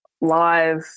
live